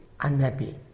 unhappy